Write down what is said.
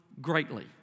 greatly